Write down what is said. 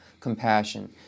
compassion